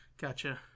Gotcha